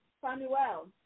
Samuel